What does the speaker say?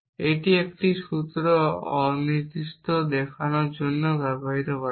এটি একটি সূত্র অসন্তুষ্ট দেখানোর জন্য ব্যবহৃত হয়